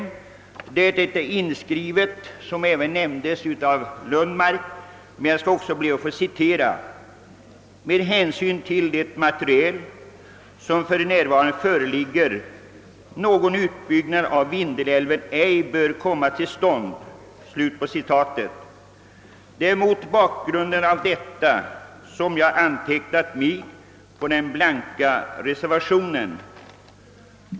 I det utlåtandet står det, vilket även nämndes av herr Lundmark: »Utskottet anser sålunda att med hänsyn till det material som för närvarande föreligger, någon utbyggnad av Vindelälven ej bör komma till stånd.» Det är mot bakgrunden av detta jag har anslutit mig till den blanka reservationen.